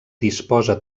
disposa